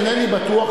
אינני בטוח.